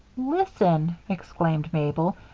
listen! exclaimed mabel.